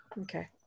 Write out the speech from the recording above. Okay